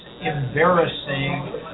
embarrassing